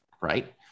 right